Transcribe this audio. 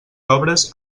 obres